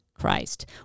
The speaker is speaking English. Christ